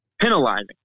penalizing